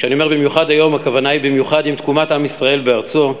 כשאני אומר "במיוחד היום" הכוונה היא במיוחד עם תקומת עם ישראל בארצו,